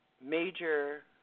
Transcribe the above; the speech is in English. major